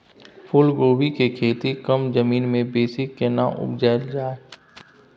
फूलकोबी के खेती कम जमीन मे बेसी केना उपजायल जाय?